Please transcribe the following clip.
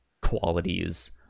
qualities